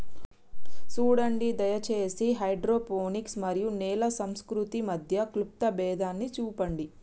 సూడండి దయచేసి హైడ్రోపోనిక్స్ మరియు నేల సంస్కృతి మధ్య క్లుప్త భేదాన్ని సూపండి